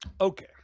Okay